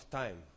time